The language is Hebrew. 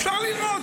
אפשר ללמוד,